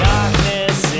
Darkness